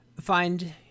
find